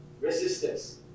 resistance